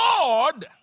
Lord